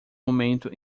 momento